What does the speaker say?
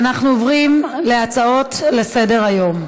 אנחנו עוברים להצעות לסדר-היום.